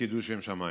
וקידוש שם שמיים.